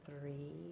Three